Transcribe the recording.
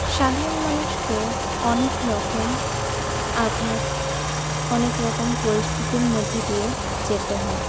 সাধারণ মানুষকে অনেকরকম আঘাত অনেকরকম পরিস্থিতির মধ্যে দিয়ে যেতে হয়